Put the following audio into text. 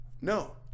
No